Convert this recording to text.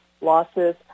losses